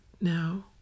now